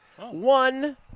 One